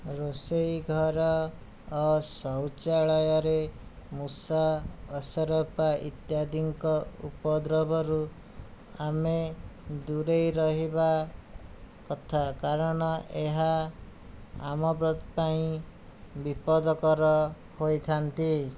ରୋଷେଇ ଘର ଆଉ ଶୌଚାଳୟରେ ମୂଷା ଅସରପା ଇତ୍ୟାଦିଙ୍କ ଉପଦ୍ରବରୁ ଆମେ ଦୂରେଇ ରହିବା କଥା କାରଣ ଏହା ଆମ ପାଇଁ ବିପଦକର ହୋଇଥାନ୍ତି